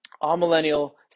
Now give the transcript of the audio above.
All-millennial